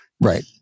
Right